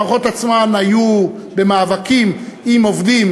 המערכות עצמן היו במאבקים עם עובדים,